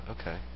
okay